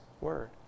word